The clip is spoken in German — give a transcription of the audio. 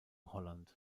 holland